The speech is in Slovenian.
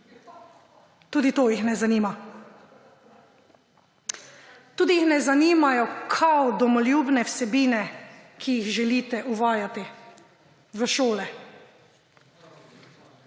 Tudi to jih ne zanima. Tudi jih ne zanimajo kao domoljubne vsebine, ki jih želite uvajati v šole.